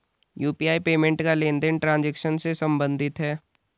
UPI payment का लेनदेन transaction से सम्बंधित है